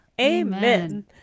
Amen